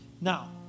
Now